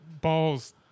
balls